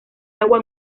agua